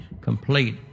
complete